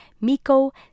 Miko